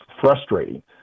frustrating